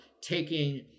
taking